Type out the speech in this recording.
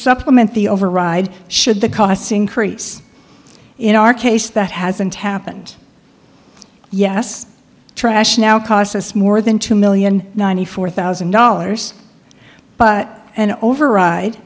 supplement the override should the costs increase in our case that hasn't happened yes trash now cost us more than two million ninety four thousand dollars but an override